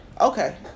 Okay